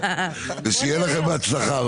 ושיהיה לכם בהצלחה.